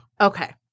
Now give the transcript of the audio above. Okay